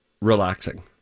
relaxing